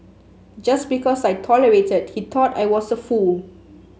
just because I tolerated he thought I was a fool